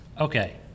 okay